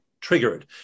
triggered